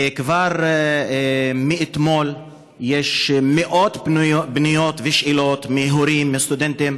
כבר מאתמול יש מאות פניות ושאלות מהורים ומסטודנטים